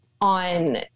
on